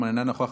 אינו נוכח,